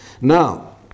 Now